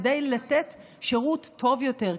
כדי לתת שירות טוב יותר,